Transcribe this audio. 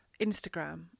Instagram